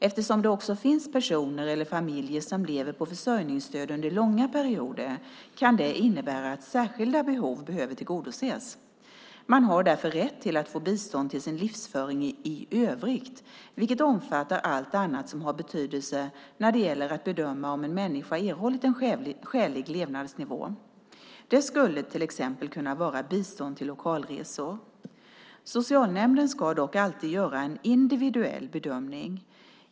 Eftersom det också finns personer eller familjer som lever på försörjningsstöd under långa perioder kan det innebära att särskilda behov behöver tillgodoses. Man har därför rätt till att få bistånd till sin livsföring i övrigt, vilket omfattar allt annat som har betydelse när det gäller att bedöma om en människa erhållit en skälig levnadsnivå. Det skulle till exempel kunna vara bistånd till lokalresor. Socialnämnden ska dock alltid göra en individuell bedömning.